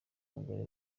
umugore